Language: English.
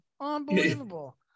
Unbelievable